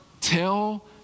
Tell